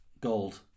Gold